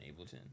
Ableton